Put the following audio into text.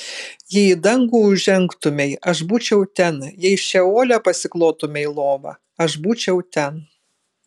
jei į dangų užžengtumei aš būčiau ten jei šeole pasiklotumei lovą aš būčiau ten